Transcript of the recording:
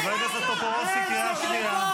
חבר הכנסת טופורובסקי, קריאה שנייה.